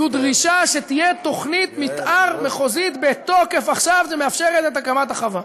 זו דרישה שתהיה תוכנית מתאר מחוזית בתוקף עכשיו שמאפשרת את הקמת החווה.